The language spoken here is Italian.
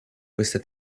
questa